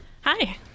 Hi